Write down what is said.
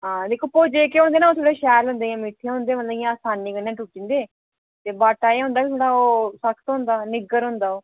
हां दिक्खो खोजे केह् होंदे ना ओह् थोह्ड़े शैल होंदे मिट्ठे होंदे मतलब ओह् इ'यां असानी कन्नै टूटी जंदे ते बाटा एह् होंदा कि थोह्ड़ा सख्त होंदा निग्गर होंदा ओह्